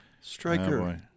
striker